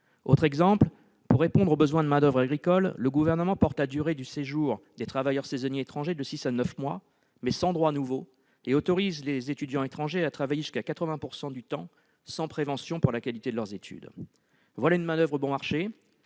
Autre exemple, pour répondre au besoin de main-d'oeuvre agricole, le Gouvernement porte la durée de séjour des travailleurs saisonniers étrangers de six à neuf mois, mais sans droits nouveaux, et il autorise les étudiants étrangers à travailler jusqu'à 80 % du temps sans prévention pour la qualité de leurs études. Voilà une main-d'oeuvre bon marché